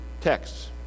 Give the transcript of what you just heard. texts